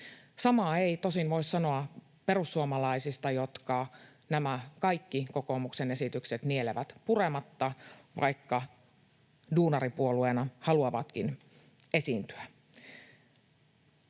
Samaa ei tosin voi sanoa perussuomalaisista, jotka nämä kaikki kokoomuksen esitykset nielevät purematta, vaikka duunaripuolueena haluavatkin esiintyä.